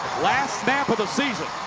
last snap of the season.